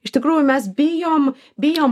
iš tikrųjų mes bijom bijom